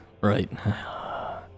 Right